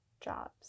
jobs